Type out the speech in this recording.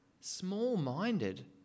Small-minded